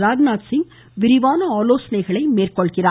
ராஜ்நாத்சிங் விரிவான ஆலோசனை மேற்கொள்கிறார்